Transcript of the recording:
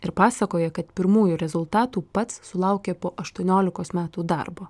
ir pasakoja kad pirmųjų rezultatų pats sulaukė po aštuoniolikos metų darbo